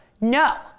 no